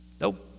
Nope